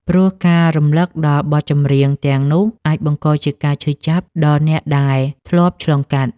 ព្រោះការរំលឹកដល់បទចម្រៀងទាំងនោះអាចបង្កជាការឈឺចាប់ដល់អ្នកដែលធ្លាប់ឆ្លងកាត់។